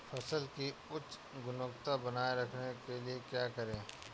फसल की उच्च गुणवत्ता बनाए रखने के लिए क्या करें?